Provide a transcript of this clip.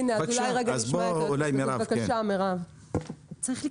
נשמע את היועצת המשפטית.